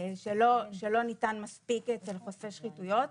שלא ניתן מספיק אצל חושפי שחיתויות,